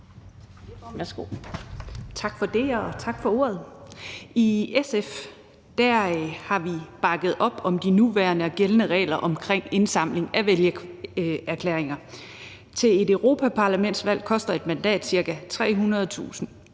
Andersen (SF): Tak for ordet. I SF har vi bakket op om de gældende regler for indsamling af vælgererklæringer. Til et europaparlamentsvalg kræver et mandat ca. 300.000